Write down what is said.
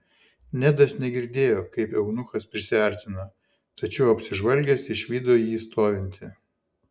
nedas negirdėjo kaip eunuchas prisiartino tačiau apsižvalgęs išvydo jį stovintį